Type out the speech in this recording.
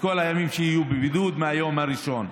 כל הימים שיהיו בבידוד מהיום הראשון.